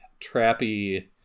trappy